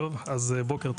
סליחה,